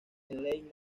helene